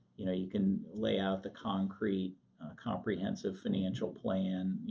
you know you can layout the concrete comprehensive financial plan,